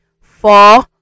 four